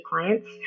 clients